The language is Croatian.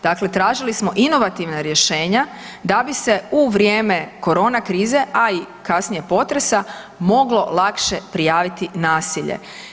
Dakle, tražili smo inovativna rješenja da bi se u vrijeme corona krize a i kasnije potresa moglo lakše prijaviti nasilje.